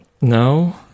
No